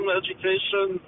education